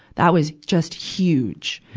that was just huge!